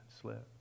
slip